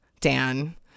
Dan